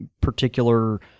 particular